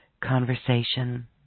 conversation